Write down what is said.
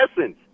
essence